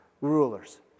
rulers